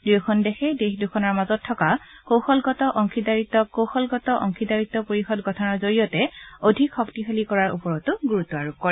দুয়োখন দেশে দেশ দুখনৰ মাজত থকা কৌশলগত অংশীদাৰিত্বক কৌশলগত অংশীদাৰিত্ব পৰিষদ গঠনৰ জৰিয়তে অধিক শক্তিশালী কৰাৰ ওপৰতো গুৰুত্ব আৰোপ কৰে